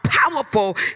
Powerful